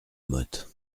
motte